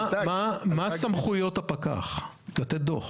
מה סמכויות הפקח לתת דוח?